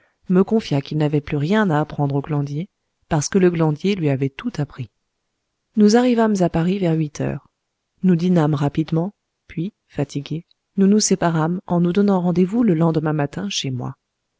me confia qu'il n'avait plus rien à apprendre au glandier parce que le glandier lui avait tout appris nous arrivâmes à paris vers huit heures nous dînâmes rapidement puis fatigués nous nous séparâmes en nous donnant rendez-vous le lendemain matin chez moi